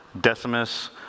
Decimus